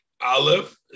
Aleph